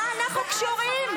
מה אנחנו קשורים?